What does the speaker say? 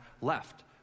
left